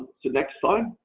so, next slide.